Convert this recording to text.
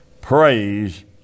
praise